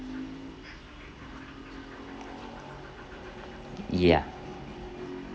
ya